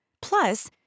Plus